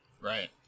Right